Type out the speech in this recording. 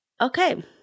okay